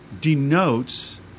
denotes